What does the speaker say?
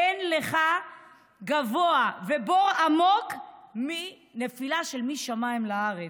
אין לך גבוה ובור עמוק מנפילה שמשמיים לארץ.